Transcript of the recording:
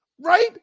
right